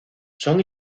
son